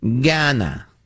Ghana